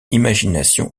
imagination